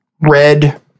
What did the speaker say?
red